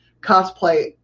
cosplay